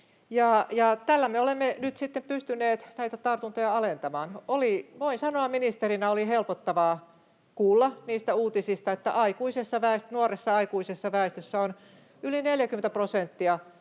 Tällä me olemme nyt sitten pystyneet näitä tartuntoja alentamaan. Voin sanoa, että ministerinä oli helpottavaa kuulla niistä uutisista, että nuoressa aikuisessa väestössä on yli 40 prosenttia